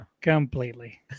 Completely